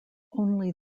only